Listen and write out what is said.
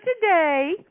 today